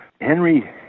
Henry